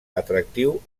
atractiu